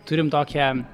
turim tokią